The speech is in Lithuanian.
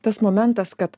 tas momentas kad